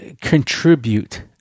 contribute